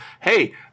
Hey